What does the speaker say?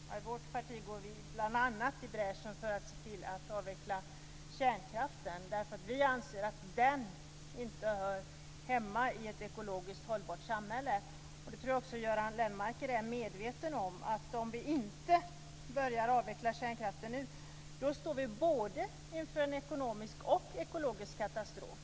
Fru talman! I vårt parti går vi bl.a. i bräschen för att se till att avveckla kärnkraften. Vi anser att den inte hör hemma i ett ekologiskt hållbart samhälle. Jag tror att också Göran Lennmarker är medveten om att om vi inte börjar avveckla kärnkraften nu, då står vi inför både en ekologisk och en ekonomisk katastrof.